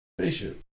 Spaceship